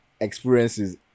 experiences